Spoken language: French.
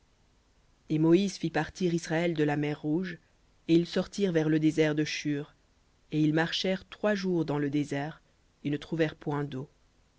et moïse fit partir israël de la mer rouge et ils sortirent vers le désert de shur et ils marchèrent trois jours dans le désert et ne trouvèrent point d'eau